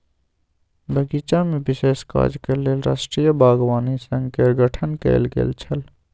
बगीचामे विशेष काजक लेल राष्ट्रीय बागवानी संघ केर गठन कैल गेल छल